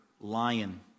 lion